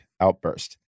outburst